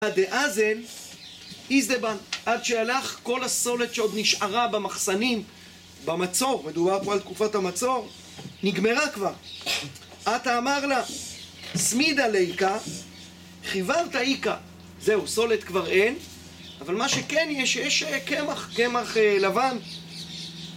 עד שאלך כל הסולט שעוד נשארה במחסנים, במצור, מדובר פה על תקופת המצור, נגמרה כבר. אתה אמר לה, סמידה לאיקה, חיברת איקה. זהו, סולת כבר אין, אבל מה שכן יש קמח, קמח לבן.